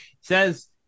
Says